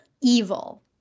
evil